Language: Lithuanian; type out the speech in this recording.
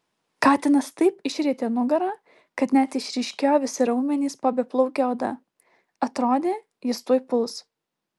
katinas taip išrietė nugarą kad net išryškėjo visi raumenys po beplauke oda atrodė jis tuoj puls